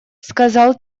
сказал